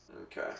Okay